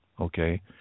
okay